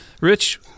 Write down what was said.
Rich